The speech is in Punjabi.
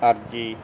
ਅਰਜ਼ੀ